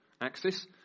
axis